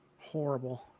Horrible